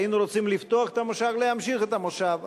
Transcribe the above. היינו רוצים לפתוח את המושב ולהמשיך את המושב,